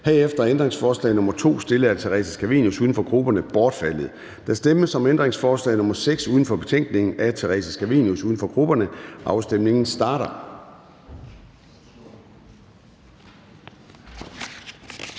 Herefter er ændringsforslag nr. 2 stillet af Theresa Scavenius (UFG) bortfaldet. Der stemmes om ændringsforslag nr. 6, uden for betænkningen, af Theresa Scavenius (UFG). Afstemningen starter.